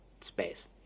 space